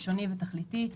לשוני ותכליתי,